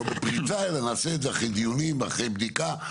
לא בפריצה אלא נעשה את זה אחרי דיונים ואחרי בדיקה.